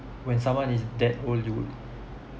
when someone is that old you